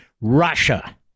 Russia